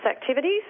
activities